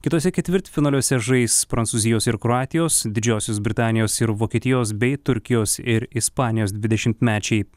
kituose ketvirtfinaliuose žais prancūzijos ir kroatijos didžiosios britanijos ir vokietijos bei turkijos ir ispanijos dvidešimtmečiai